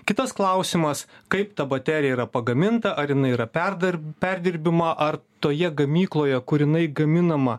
kitas klausimas kaip ta baterija yra pagaminta ar jinai yra perdarb perdirbima ar toje gamykloje kur jinai gaminama